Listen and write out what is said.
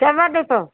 செவ்வந்தி பூ